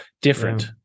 different